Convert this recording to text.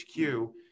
HQ